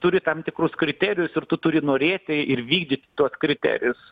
turi tam tikrus kriterijus ir tu turi norėti ir vykdyti tuos kriterijus